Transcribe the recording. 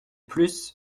plus